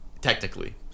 technically